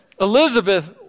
Elizabeth